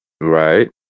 Right